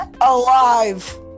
alive